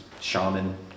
shaman